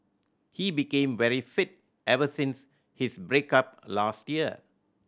he became very fit ever since his break up last year